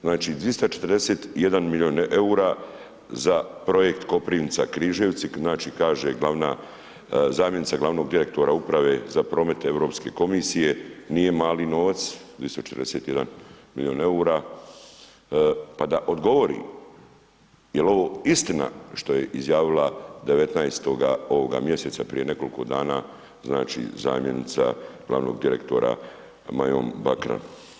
Znači, 241 milijun EUR-a za projekt Koprivnica-Križevci, znači, kaže glavna zamjenica glavnog direktora uprave za promet Europske komisije nije mali novac 241 milijun EUR-a, pa da odgovori, jel ovo istina što je izjavila 19. ovoga mjeseca prije nekoliko dana, znači, zamjenica glavnog direktora Majom Bakran?